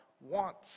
wants